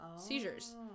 seizures